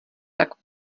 tak